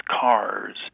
cars